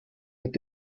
mit